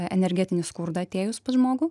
energetinį skurdą atėjus pas žmogų